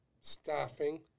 staffing